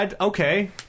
okay